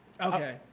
Okay